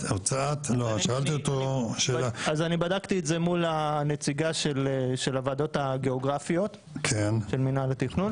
אני בדקתי את זה מול הנציגה של הוועדות הגיאוגרפיות של מנהל התכנון.